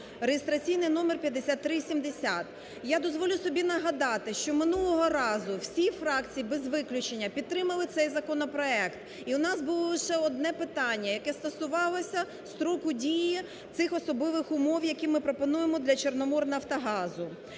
(реєстраційний номер 5370). Я дозволю собі нагадати, що минулого разу всі фракції, без виключення, підтримали цей законопроект. І у нас було лише одне питання, яке стосувалося строку дії цих особливих умов, які ми пропонуємо для "Чорноморнафтогазу".